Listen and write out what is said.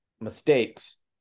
mistakes